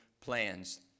plans